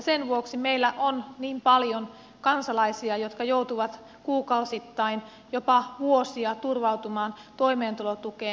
sen vuoksi meillä on niin paljon kansalaisia jotka joutuvat kuukausittain jopa vuosia turvautumaan toimeentulotukeen